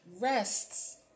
rests